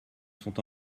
sont